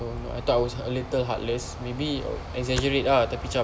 oh but I thought I was a little heartless maybe exaggerate ah cam